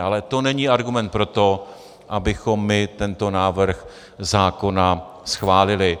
Ale to není argument pro to, abychom my tento návrh zákona schválili.